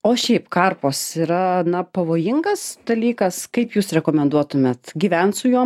o šiaip karpos yra na pavojingas dalykas kaip jūs rekomenduotumėt gyvent su juo